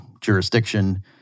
jurisdiction